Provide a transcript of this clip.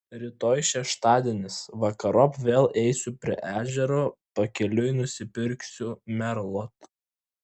rytoj šeštadienis vakarop vėl eisiu prie ežero pakeliui nusipirksiu merlot